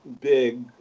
big